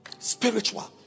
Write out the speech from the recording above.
spiritual